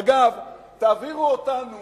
אגב, תעבירו אותנו